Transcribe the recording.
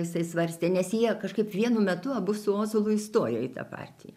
jisai svarstė nes jie kažkaip vienu metu abu su ozolu įstojo į tą partiją